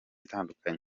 itandukanye